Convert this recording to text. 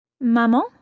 Maman